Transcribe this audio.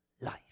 life